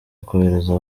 kohereza